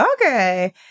okay